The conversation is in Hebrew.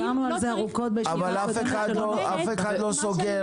דיברנו על זה ארוכות בישיבה הקודמת --- אבל אף אחד לא סוגר.